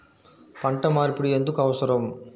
పంట మార్పిడి ఎందుకు అవసరం?